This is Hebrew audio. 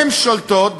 הן שולטות,